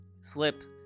Slipped